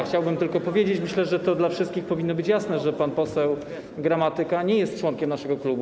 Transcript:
Chciałbym tylko powiedzieć - myślę, że to dla wszystkich powinno być jasne - że pan poseł Gramatyka nie jest członkiem naszego klubu.